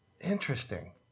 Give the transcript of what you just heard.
Interesting